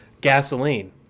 gasoline